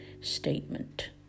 statement